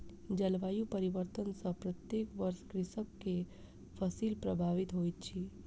जलवायु परिवर्तन सॅ प्रत्येक वर्ष कृषक के फसिल प्रभावित होइत अछि